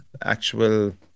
actual